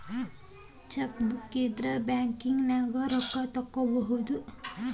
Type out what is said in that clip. chequebook ಇದ್ರ ಬ್ಯಾಂಕ್ನ್ಯಾಗ ರೊಕ್ಕಾ ತೊಕ್ಕೋಬಹುದು